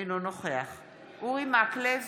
אינו נוכח אורי מקלב,